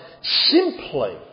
simply